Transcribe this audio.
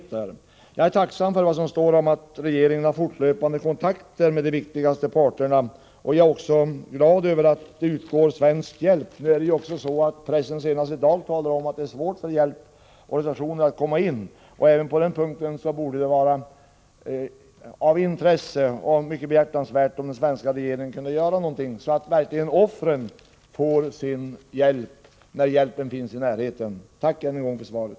Jag är tacksam för vad som står i svaret om att regeringen fortlöpande har kontakter med de viktigaste parterna, och jag är också glad över att det utgår svensk hjälp. Senast i dag omtalas i pressen att det är svårt för hjälporganisationerna att komma in i landet. Även från den synpunkten borde det vara av intresse och mycket behjärtansvärt om den svenska regeringen kunde göra något, så att offren verkligen får hjälp när hjälpen finns i närheten. Tack än en gång för svaret!